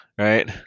Right